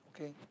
okay